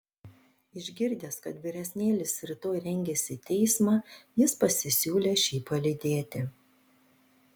išgirdęs kad vyresnėlis rytoj rengiasi į teismą jis pasisiūlė šį palydėti